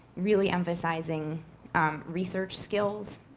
really emphasizing research skills,